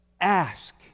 ask